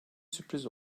sürpriz